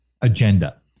agenda